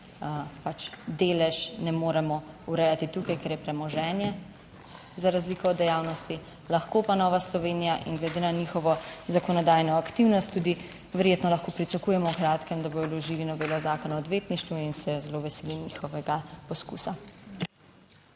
pač delež ne moremo urejati tukaj, ker je premoženje za razliko od dejavnosti, lahko pa Nova Slovenija in glede na njihovo zakonodajno aktivnost tudi verjetno lahko pričakujemo v kratkem, da bodo vložili novelo Zakona o odvetništvu in se zelo veselim njihovega poskusa.